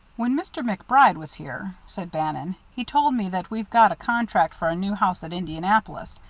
when mr. macbride was here, said bannon, he told me that we've got a contract for a new house at indianapolis.